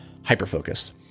hyperfocus